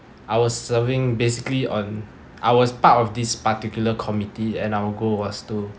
I was serving basically on I was part of this particular committee and our goal was to